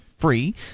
free